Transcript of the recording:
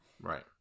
Right